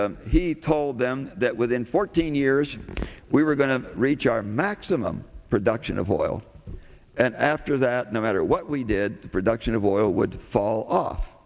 and he told them that within fourteen years we were going to reach our maximum production of oil and after that no matter what we did the production of oil would fall off